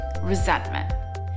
Resentment